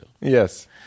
Yes